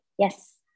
Yes